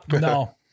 no